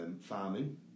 farming